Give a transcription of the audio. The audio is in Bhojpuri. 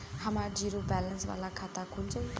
हमार जीरो बैलेंस वाला खाता खुल जाई?